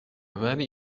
ولی